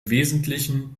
wesentlichen